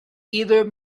either